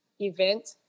event